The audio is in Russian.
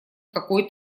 какой